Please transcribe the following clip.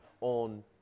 on